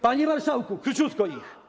Panie marszałku, króciutko ich.